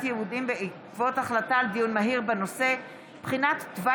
יהודיים בעקבות דיון מהיר בהצעתם של חברי הכנסת בועז